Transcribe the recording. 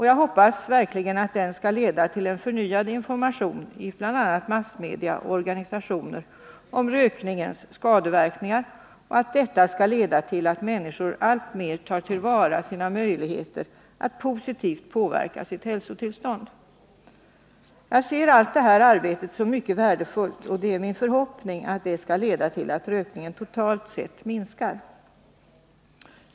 Jag hoppas verkligen att den skall leda till en förnyad information i bl.a. massmedia och organisationer om rökningens skadeverkningar och att detta skall leda till att människor alltmer tar till vara sina möjligheter att positivt påverka sitt hälsotillstånd. Jag ser allt detta arbete som mycket värdefullt, och det är min förhoppning att det skall leda till att rökningen totalt sett minskar.